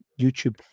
YouTube